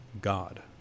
God